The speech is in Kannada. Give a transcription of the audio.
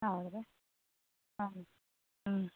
ಹೌದ್ರಿ ಹಾಂ ಹ್ಞೂ